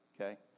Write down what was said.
okay